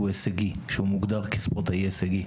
שהוא מוגדר כספורטאי הישגי.